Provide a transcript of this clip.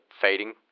fading